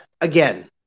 again